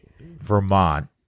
Vermont